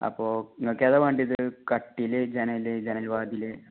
അപ്പോൾ നിങ്ങൾക്ക് ഏതാ വേണ്ടത് ഇത് കട്ടിൽ ജനൽ ജനൽ വാതിൽ